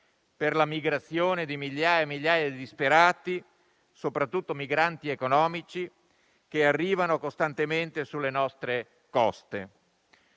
per la migrazione di migliaia e migliaia di disperati, soprattutto migranti economici, che arrivano costantemente sulle nostre coste.